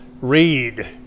read